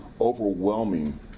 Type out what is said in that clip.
overwhelming